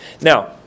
Now